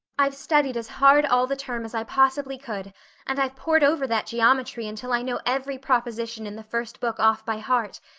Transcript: i've studied as hard all the term as i possibly could and i've pored over that geometry until i know every proposition in the first book off by heart,